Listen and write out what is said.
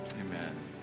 Amen